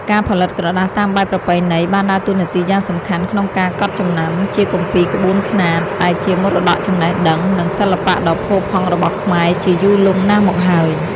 ការផលិតក្រដាសតាមបែបប្រពៃណីបានដើរតួនាទីយ៉ាងសំខាន់ក្នុងកត់ចំណាំជាគម្ពីរក្បួនខ្នាត ដែលជាមរតកចំណេះដឹង និងសិល្បៈដ៏ផូរផង់របស់ខ្មែជាយូរលង់ណាស់មកហើយ។